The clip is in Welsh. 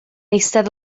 eistedd